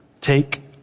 take